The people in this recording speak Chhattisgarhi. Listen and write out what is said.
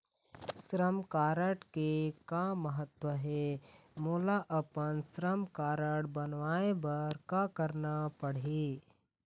श्रम कारड के का महत्व हे, मोला अपन श्रम कारड बनवाए बार का करना पढ़ही?